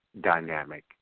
dynamic